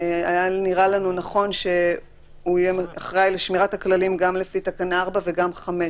היה נראה לנו נכון שהוא יהיה אחראי לשמירת הכללים גם לפי תקנה 4 וגם 5,